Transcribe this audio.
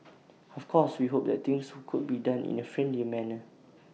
of course we hope that things could be done in A friendlier manner